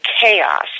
chaos